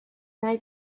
they